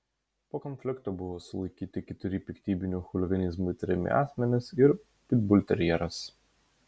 po konflikto buvo sulaikyti keturi piktybiniu chuliganizmu įtariami asmenys ir pitbulterjeras